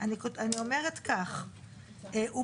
והמצב הנוכחי,